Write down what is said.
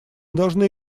должны